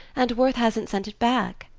and worth hasn't sent it back.